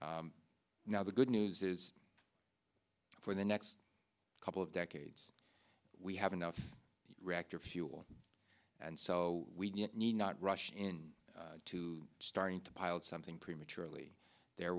about now the good news is for the next couple of decades we have enough reactor fuel and so we need not rush in to starting to pilot something prematurely there